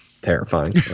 terrifying